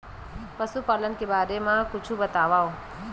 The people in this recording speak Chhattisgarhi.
पशुपालन के बारे मा कुछु बतावव?